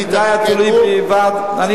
אם זה היה תלוי בי בלבד, הוא אמר.